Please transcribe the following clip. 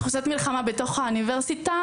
תחושת מלחמה בתוך האוניברסיטה,